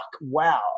wow